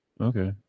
okay